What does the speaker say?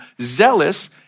zealous